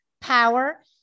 power